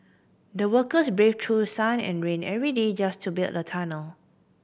the workers braved through sun and rain every day just to build the tunnel